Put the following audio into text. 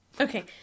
Okay